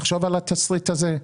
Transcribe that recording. תחשוב על התסריט הזה.